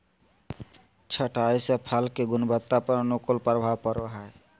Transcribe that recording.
छंटाई से फल के गुणवत्ता पर अनुकूल प्रभाव पड़ो हइ